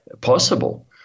possible